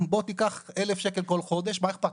בוא וקח 1,000 שקל בכל חודש וקח.